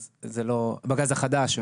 בגז החדש,